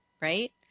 right